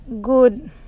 good